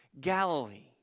Galilee